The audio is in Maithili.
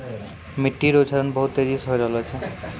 मिट्टी रो क्षरण बहुत तेजी से होय रहलो छै